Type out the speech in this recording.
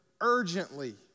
urgently